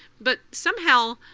but somehow,